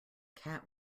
cat